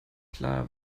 klar